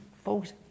Folks